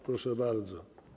Proszę bardzo.